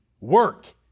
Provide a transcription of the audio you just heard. Work